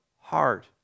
heart